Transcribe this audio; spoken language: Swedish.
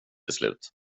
beslut